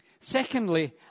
Secondly